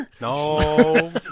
No